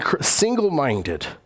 Single-minded